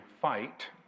fight